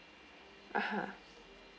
(uh huh)